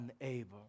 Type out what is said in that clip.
unable